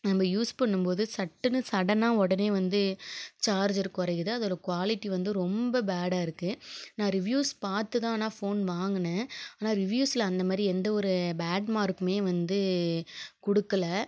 நம்ம யூஸ் பண்ணும் போது சட்டுன்னு சடனாக உடனே வந்து சார்ஜரு குறையுது அதோட குவாலிட்டி வந்து ரொம்ப பேடாக இருக்குது நான் ரிவ்யூஸ் பார்த்து தான் ஆனால் ஃபோன் வாங்கினேன் ஆனால் ரிவ்யூஸில் அந்த மாதிரி எந்த ஒரு பேட் மார்க்குமே வந்து கொடுக்கல